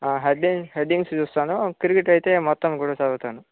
headings headings చూస్తాను cricket అయితే మొత్తం కూడా చదువుతాను